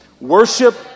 Worship